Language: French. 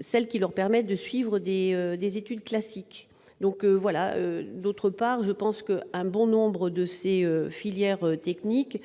celles qui leur permettent de suivre des études classiques. Par ailleurs, bon nombre de ces filières techniques